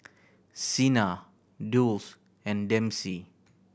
Sena Dulce and Dempsey